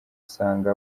usanga